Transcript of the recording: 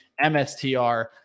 MSTR